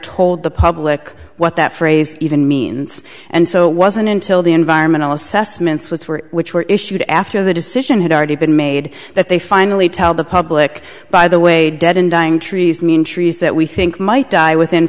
told the public what that phrase even means and so it wasn't until the environmental assessment swith were which were issued after the decision had already been made that they finally tell the public by the way dead and dying trees mean trees that we think might die within